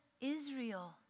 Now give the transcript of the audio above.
Israel